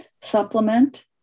supplement